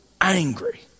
angry